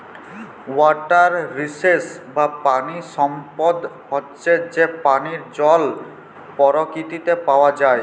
water resources বা পানি সম্পদ হচ্যে যে পানিয় জল পরকিতিতে পাওয়া যায়